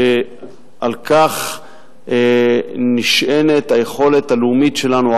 שעל כך נשענת היכולת הלאומית שלנו,